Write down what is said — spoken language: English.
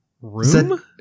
Room